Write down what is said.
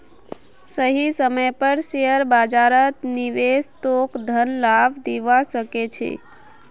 सही समय पर शेयर बाजारत निवेश तोक धन लाभ दिवा सके छे